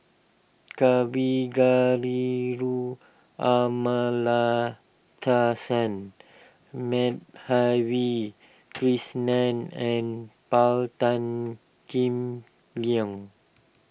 Kavignareru Amallathasan Madhavi Krishnan and Paul Tan Kim Liang